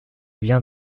vient